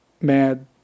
mad